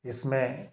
इस में